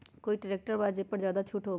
कोइ ट्रैक्टर बा जे पर ज्यादा छूट हो?